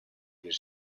bir